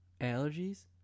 allergies